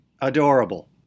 adorable